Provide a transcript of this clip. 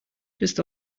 just